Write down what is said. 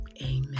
Amen